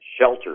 shelter